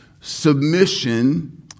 Submission